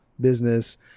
business